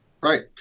Right